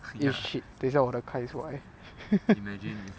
eh shit 等一下我的开出来